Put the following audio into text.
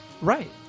Right